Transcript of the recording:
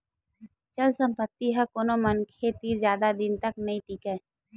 चल संपत्ति ह कोनो मनखे तीर जादा दिन तक नइ टीकय